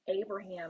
Abraham